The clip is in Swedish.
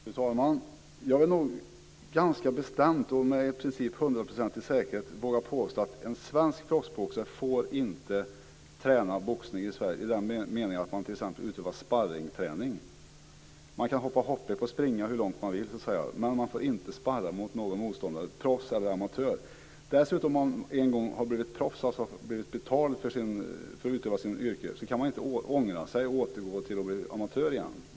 Fru talman! Jag vill ganska bestämt och med i princip hundraprocentig säkerhet påstå att en svensk proffsboxare inte får träna boxning i Sverige i den meningen att man t.ex. utövar sparringträning. Man kan hoppa hopprep och springa hur långt man vill, men man får inte sparra mot någon motståndare, proffs eller amatör. Dessutom är det så att om man en gång blivit proffs och fått betalt för att utöva sitt yrke kan man inte ångra sig och återgå till att bli amatör igen.